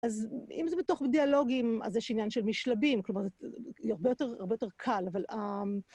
אז אם זה בתוך דיאלוגים, אז יש עניין של משלבים, כלומר, זה הרבה יותר קל, אבל...